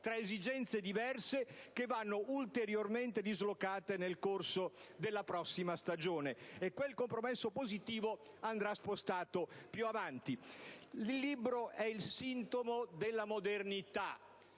tra esigenze diverse che vanno ulteriormente dislocate nel corso della prossima stagione. E quel compromesso positivo andrà spostato più avanti. Il libro è il sintomo della modernità,